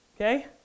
okay